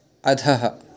अधः